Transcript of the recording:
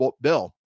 bill